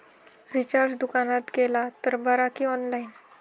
Recharge दुकानात केला तर बरा की ऑनलाइन?